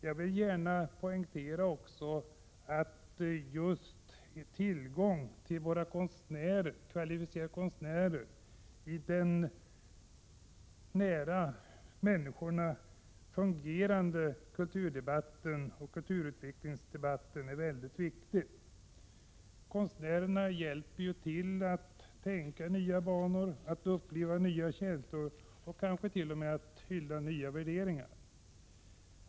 Jag vill gärna poängtera att våra kvalificerade konstnärer utgör en tillgång i den nära människorna fungerande kulturdebatten och kulturutvecklingsdebatten. Konstnärerna hjälper oss att börja tänka i nya banor, att uppleva nya känslor och kanske att hylla nya värderingar.